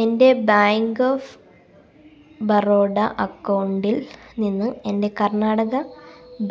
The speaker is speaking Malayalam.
എൻ്റെ ബാങ്ക് ഓഫ് ബറോഡ അക്കൗണ്ടിൽ നിന്ന് എൻ്റെ കർണാടക